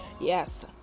Yes